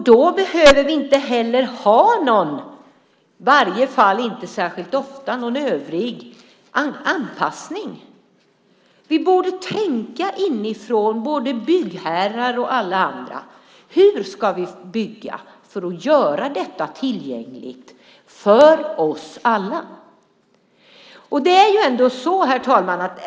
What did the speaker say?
Då behöver vi inte heller ha någon övrig anpassning, i varje fall inte särskilt ofta. Både byggherrar och alla vi andra borde tänka inifrån på hur vi skulle kunna bygga för att göra det hela tillgängligt för oss alla. Herr talman!